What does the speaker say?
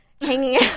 Hanging